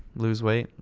lose weight.